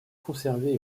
conservé